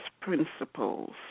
principles